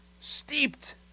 steeped